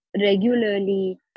Regularly